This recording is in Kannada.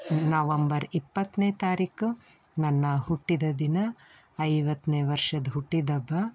ನವಂಬರ್ ಇಪ್ಪತ್ತನೇ ತಾರೀಕು ನನ್ನ ಹುಟ್ಟಿದ ದಿನ ಐವತ್ತನೇ ವರ್ಷದ ಹುಟ್ಟಿದಹಬ್ಬ